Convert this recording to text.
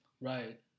Right